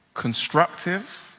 Constructive